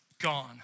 gone